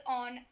on